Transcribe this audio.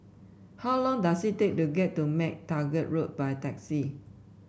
how long does it take to get to MacTaggart Road by taxi